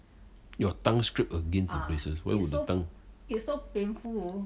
your tongue scrape against the braces why would the tongue